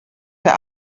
der